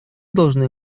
должны